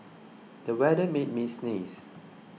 the weather made me sneeze